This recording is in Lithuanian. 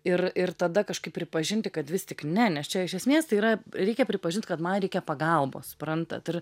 ir ir tada kažkaip pripažinti kad vis tik ne nes čia iš esmės tai yra reikia pripažint kad man reikia pagalbos suprantat ir